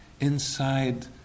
inside